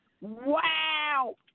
Wow